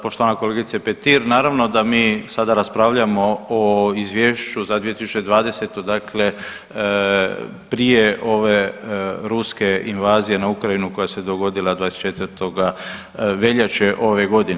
Poštovana kolegice Petir, naravno da mi sada raspravljamo o izvješću za 2020., dakle prije ove ruske invazije na Ukrajinu koja se dogodila 24. veljače ove godine.